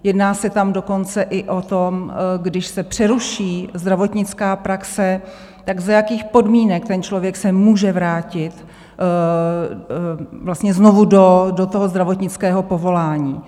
Jedná se tam dokonce i o tom, když se přeruší zdravotnická praxe, tak za jakých podmínek ten člověk se může vrátit znovu do toho zdravotnického povolání.